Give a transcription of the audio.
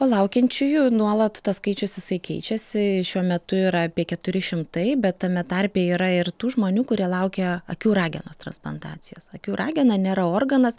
o laukiančiųjų nuolat tas skaičius jisai keičiasi šiuo metu yra apie keturi šimtai bet tame tarpe yra ir tų žmonių kurie laukia akių ragenos transplantacijos akių ragena nėra organas